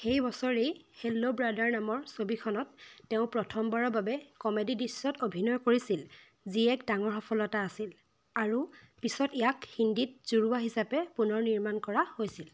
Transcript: সেই বছৰেই Hello Brother নামৰ ছবিখনত তেওঁ প্ৰথমবাৰৰ বাবে কমেডি দৃশ্যত অভিনয় কৰিছিল যি এক ডাঙৰ সফলতা আছিল আৰু পিছত ইয়াক হিন্দীত জুড়ওয়া হিচাপে পুনৰ নিৰ্মাণ কৰা হৈছিল